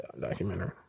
documentary